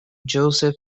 joseph